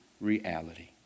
reality